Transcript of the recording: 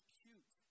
cute